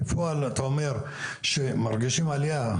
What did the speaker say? בפועל אתה אומר שמרגישים עלייה.